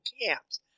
camps